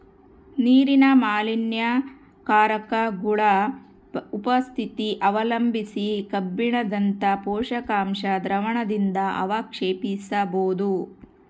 ನೀರಿನ ಮಾಲಿನ್ಯಕಾರಕಗುಳ ಉಪಸ್ಥಿತಿ ಅವಲಂಬಿಸಿ ಕಬ್ಬಿಣದಂತ ಪೋಷಕಾಂಶ ದ್ರಾವಣದಿಂದಅವಕ್ಷೇಪಿಸಬೋದು